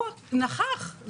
הוא נכח,